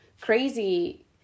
crazy